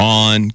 on